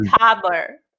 toddler